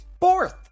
fourth